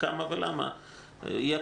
כמה ולמה יהיה,